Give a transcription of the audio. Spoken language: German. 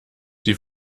sie